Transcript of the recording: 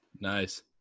nice